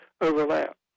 overlap